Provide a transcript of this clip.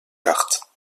cartes